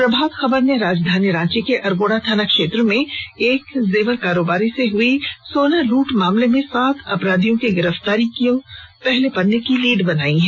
प्रभात खबर ने राजधानी रांची के अरगोड़ा थाना क्षेत्र में एक जेवर कारोबारी से हुई सोना लूट मामले में सात अपराधियों के गिरफ्तार किए जाने की खबर को पहले पन्ने की लीड बनाई है